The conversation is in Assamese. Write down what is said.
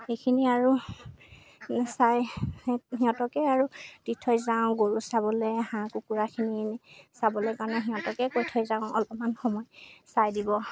সেইখিনি আৰু চাই সিহঁতকেই আৰু দি থৈ যাওঁ গৰু চাবলৈ হাঁহ কুকুৰাখিনি এনেই চাবলৈ কাৰণে সিহঁতকে কৈ থৈ যাওঁ অলপমান সময় চাই দিব